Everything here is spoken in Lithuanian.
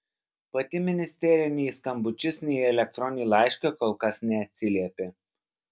pati ministerija nei į skambučius nei į elektroninį laišką kol kas neatsiliepė